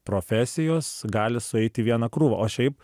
profesijos gali sueiti į vieną krūvą o šiaip